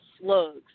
slugs